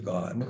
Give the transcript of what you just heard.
God